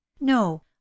no